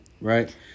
right